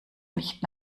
nicht